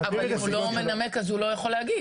אם הוא לא מנמק, הוא לא יכול להגיש.